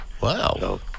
Wow